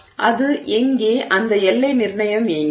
அது எங்கே அந்த எல்லை நிர்ணயம் எங்கே